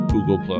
Google